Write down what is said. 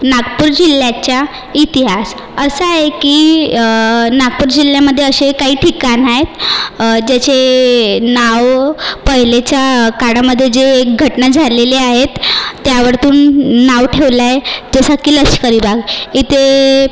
नागपूर जिल्ह्याच्या इतिहास असा आहे की नागपूर जिल्ह्यामध्ये असे काही ठिकाण आहेत ज्याचे नावं पहिलेच्या काळामध्ये जे एक घटना झालेली आहेत त्या वरतून नाव ठेवलं आहे जसं की लष्करी भाग इथे